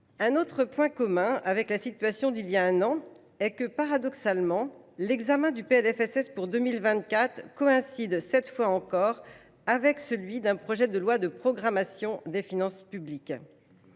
Un autre point commun avec la situation d’il y a un an est que, paradoxalement, l’examen du PLFSS pour 2024 coïncide, cette fois encore, avec celui d’un projet de loi de programmation des finances publiques.